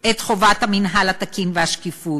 את חובת המינהל התקין והשקיפות,